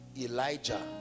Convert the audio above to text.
Elijah